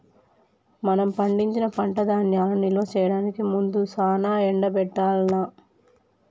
మనం పండించిన పంట ధాన్యాలను నిల్వ చేయడానికి ముందు సానా ఎండబెట్టాల్ల